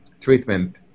treatment